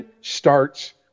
starts